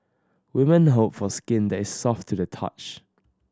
women hope for skin that is soft to the touch